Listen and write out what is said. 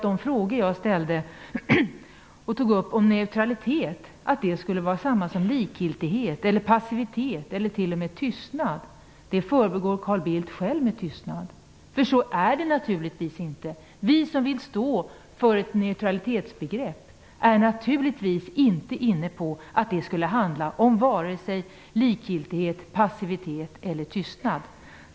De frågor jag ställde och tog upp om att neutralitet skulle vara samma som likgiltighet, passivitet eller t.o.m. tystnad förbigår Carl Bildt själv med tystnad. För så är det naturligtvis inte. Vi som vill stå för ett neutralitetsbegrepp är naturligtvis inte inne på att det skulle handla om varken likgiltighet, passivitet eller tystnad.